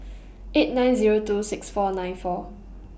eight nine Zero two six four nine four